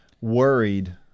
worried